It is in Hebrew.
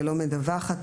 ולא מדווחת.